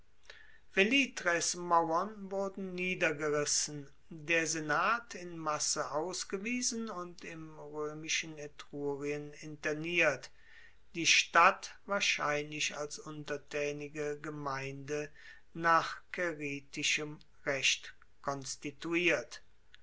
wurden niedergerissen der senat in masse ausgewiesen und im roemischen etrurien interniert die stadt wahrscheinlich als untertaenige gemeinde nach caeritischem recht konstituiert